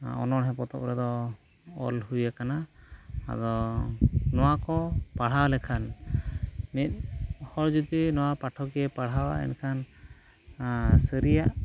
ᱚᱱᱚᱬᱦᱮ ᱯᱚᱛᱚᱵ ᱨᱮᱫᱚ ᱚᱞ ᱦᱩᱭᱟᱠᱟᱱᱟ ᱟᱫᱚ ᱱᱚᱣᱟᱠᱚ ᱯᱟᱲᱦᱟᱣ ᱞᱮᱠᱷᱟᱱ ᱢᱤᱫᱦᱚᱲ ᱡᱩᱫᱤ ᱱᱚᱣᱟ ᱯᱚᱛᱚᱵᱽᱼᱮ ᱯᱟᱲᱦᱟᱣᱟ ᱮᱱᱠᱷᱟᱱ ᱥᱟᱹᱨᱤᱭᱟᱜ